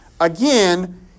Again